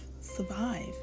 survive